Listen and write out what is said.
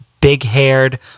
big-haired